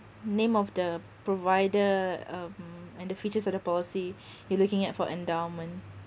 name of the provider um and the features of the policy you looking at for endowment